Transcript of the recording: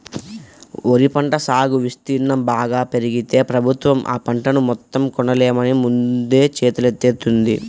వరి పంట సాగు విస్తీర్ణం బాగా పెరిగితే ప్రభుత్వం ఆ పంటను మొత్తం కొనలేమని ముందే చేతులెత్తేత్తంది